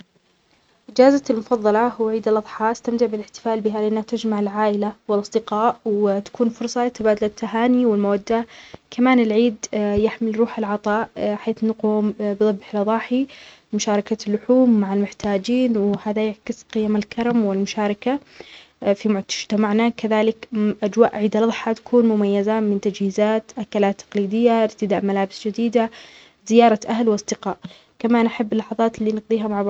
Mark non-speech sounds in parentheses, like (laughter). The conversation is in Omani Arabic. اجازتي المفضلة هو عيد الاضحي استمتع بالاحتفال بهاذي الناتج مع العائلة والاصدقاء وتكون فرصه لتبادل التهاني والموده. كمان العيد (hesitation) يحمل روح العطاء حيث نقوم بذبح الاضاحي ومشاركة اللحوم مع المحتاجين وهذا يعكس قيم الكرم والمشاركة في مجتمعنا. كذلك اجواء عيد الاضحي تكون مميزة من تجهيزات، اكلات تقليديه، ارتداء ملابس جديدة، زيارة اهل واصدقاء. كمان احب اللحظات اللي نقضيها مع بعض